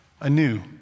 anew